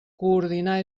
coordinar